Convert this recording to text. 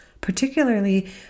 particularly